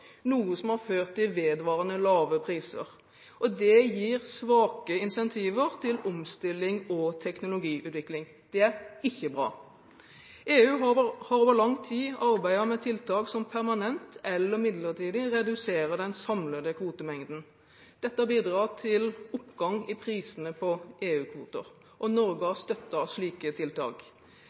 noe som har ført til vedvarende lave priser. Dette gir svake insentiver til omstilling og teknologiutvikling. Det er ikke bra. EU har over lang tid arbeidet med tiltak som permanent eller midlertidig reduserer den samlede kvotemengden. Dette har bidratt til oppgang i prisene på EU-kvoter. Norge har støttet slike tiltak.